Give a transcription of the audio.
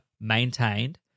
maintained